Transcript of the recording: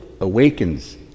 awakens